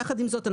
יחד עם זאת,